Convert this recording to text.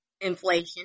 inflation